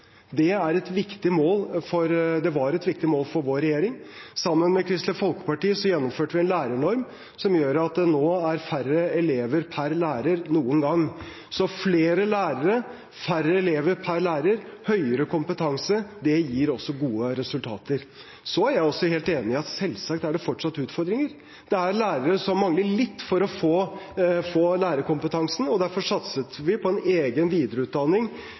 Det var et viktig mål for vår regjering. Sammen med Kristelig Folkeparti gjennomførte vi en lærernorm som gjør at det nå er færre elever per lærer enn noen gang. Så flere lærere, færre elever per lærer og høyere kompetanse gir også gode resultater. Jeg er selvsagt helt enig i at det fortsatt er utfordringer. Det er lærere som mangler litt for å få lærerkompetansen. Derfor satset vi på en egen videreutdanning